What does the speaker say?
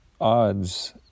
odds